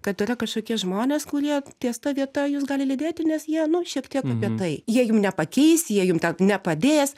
kad yra kažkokie žmonės kurie ties ta vieta jus gali lydėti nes jie nu šiek tiek apie tai jie jums nepakeis jie jum ten nepadės